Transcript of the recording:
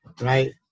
right